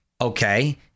Okay